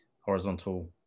horizontal